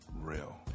real